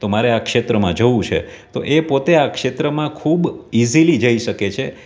તો મારે આ ક્ષેત્રમાં જવું છે તો એ પોતે આ ક્ષેત્રમાં ખૂબ ઇઝીલી જઈ શકે છે